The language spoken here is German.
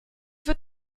wird